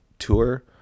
tour